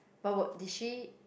but what did she